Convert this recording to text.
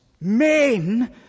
men